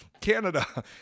Canada